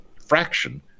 fraction